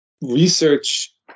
research